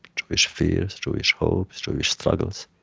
jewish fears, jewish hopes, jewish struggles,